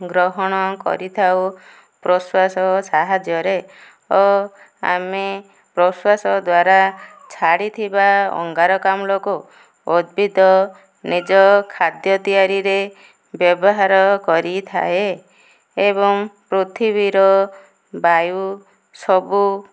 ଗ୍ରହଣ କରିଥାଉ ପ୍ରଶ୍ୱାସ ସାହାଯ୍ୟରେ ଓ ଆମେ ପ୍ରଶ୍ୱାସ ଦ୍ୱାରା ଛାଡ଼ିଥିବା ଅଙ୍ଗାରକାମ୍ଲକୁ ଉଦ୍ଭିଦ ନିଜ ଖାଦ୍ୟ ତିଆରିରେ ବ୍ୟବହାର କରିଥାଏ ଏବଂ ପୃଥିବୀର ବାୟୁ ସବୁ